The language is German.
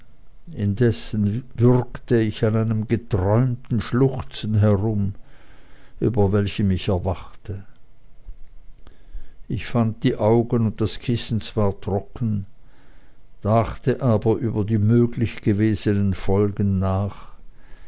würgte ich an einem geträumten schluchzen herum über welchem ich erwachte ich fand die augen und das kissen zwar trocken dachte aber über die möglich gewesenen folgen nach